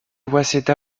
waseda